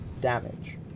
damage